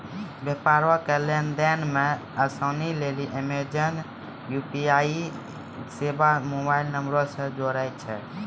व्यापारो के लेन देन मे असानी लेली अमेजन यू.पी.आई सेबा मोबाइल नंबरो से जोड़ै छै